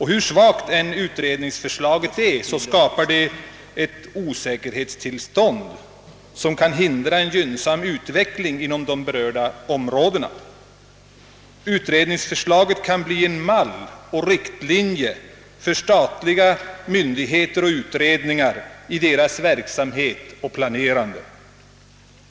Hur svagt utredningsförslaget än är, skapar det ett osäkerhetstillstånd, som kan komma att hindra en gynnsam utveckling inom de berörda områdena. Utredningsförslaget kan också komma att ijäna som en mall för statliga myndigheter och utredningar i deras verksamhet och planerande.